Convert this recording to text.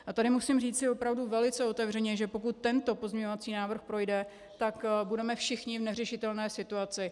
A tady musím říci opravdu velice otevřeně, že pokud tento pozměňující návrh projde, tak budeme všichni v neřešitelné situaci.